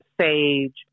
sage